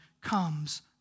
comes